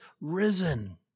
risen